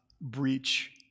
breach